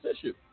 issue